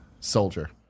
Soldier